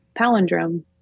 palindrome